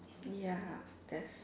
ya that's